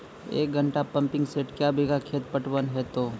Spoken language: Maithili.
एक घंटा पंपिंग सेट क्या बीघा खेत पटवन है तो?